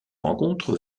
rencontre